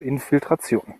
infiltration